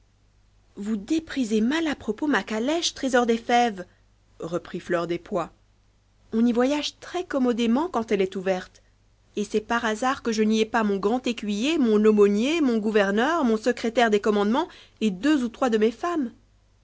vous déprisez mal à propos ma calèche trésor des fèves reprit fleur des pois on y voyage très commodément quand elle est ouverte et c'est par hasard que je n'y ai pas mon grand écuyer mon aumônier mon gouverneur mon secrétaire des commandements et deux ou trois de mes femmes